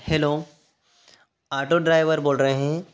hello auto driver बोल रहे हैं